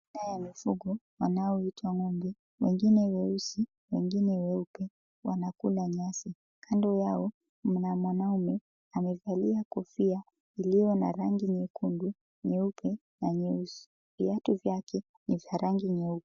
Hawa mifugo wanaoitwa ng'ombe, wengine weusi wengine weupe wanakula nyasi. Kando yao, mna mwanaume amevalia kofia, iliyo na rangi nyekundu, nyeupe na nyeusi. Viatu vyake ni vya rangi nyeupe.